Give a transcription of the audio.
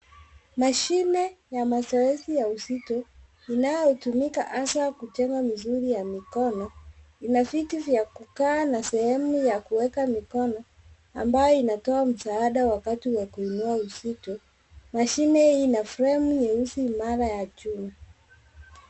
Mashine ya maezi ya uzito unaotumika hasa kujenga misuli ya mikono. Ina viti vya kukaa na sehemu ya kuweka mkono ambaye inatoa msaada wakati wa kuinua uzito. Mashine hii ina fremu nyeusi imara ya chuma.